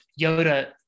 yoda